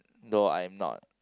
though I am not